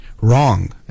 wrong